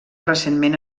recentment